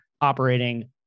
operating